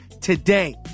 today